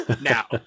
now